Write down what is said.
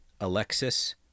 Alexis